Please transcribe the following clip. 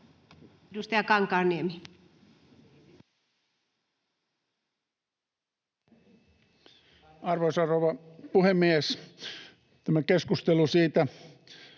Edustaja Kankaanniemi. Arvoisa rouva puhemies! Tämä keskustelu siitä,